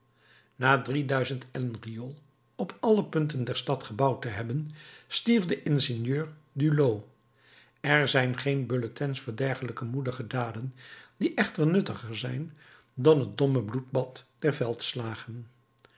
na drie duizend ellen riool op alle punten der stad gebouwd te hebben stierf de ingenieur duleau er zijn geen bulletins voor dergelijke moedige daden die echter nuttiger zijn dan het domme bloedbad der